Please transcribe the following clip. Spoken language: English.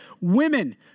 Women